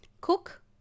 Cook